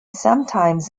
sometimes